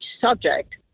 subject